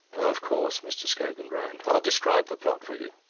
of course, mr. scogan groaned. i'll describe the plot for you.